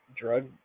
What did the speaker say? drug